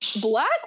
Black